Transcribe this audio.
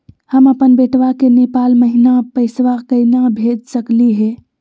हम अपन बेटवा के नेपाल महिना पैसवा केना भेज सकली हे?